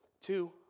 Two